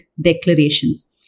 declarations